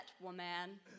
woman